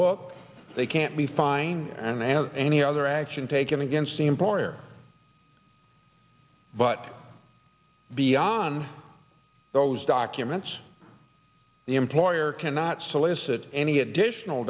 if they can't be fine and have any other action taken against the employer but beyond those documents the employer cannot solicit any additional